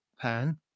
Pan